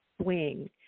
Swing